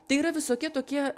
tai yra visokie tokie